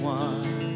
one